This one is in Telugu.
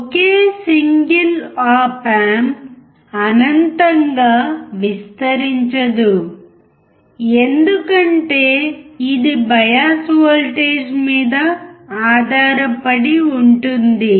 ఒకే సింగిల్ ఆప్ ఆంప్ అనంతంగా విస్తరించదు ఎందుకంటే ఇది బయాస్ వోల్టేజ్ మీద ఆధారపడి ఉంటుంది